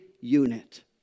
unit